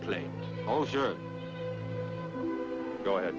plane oh sure go ahead